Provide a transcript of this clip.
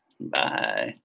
Bye